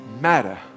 matter